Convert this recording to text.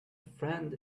friend